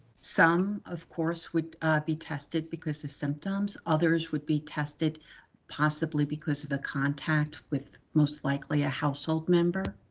some of course would be tested because of symptoms others would be tested possibly because of the contact with most likely a household member